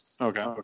Okay